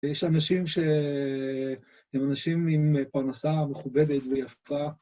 ויש אנשים שהם אנשים עם פרנסה מכובדת ויפה.